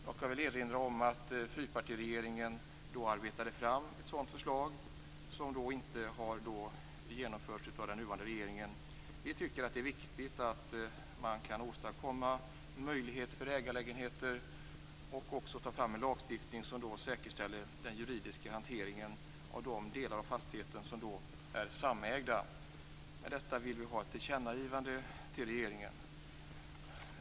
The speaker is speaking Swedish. Jag kan erinra om att fyrpartiregeringen arbetade fram ett sådant förslag som inte har genomförts av den nuvarande regeringen. Vi tycker att det är viktigt att man kan åstadkomma en möjlighet för ägarlägenheter och att man tar fram en lagstiftning som säkerställer den juridiska hanteringen av de delar av fastigheten som är samägda. Vi vill ha ett tillkännagivande till regeringen om detta.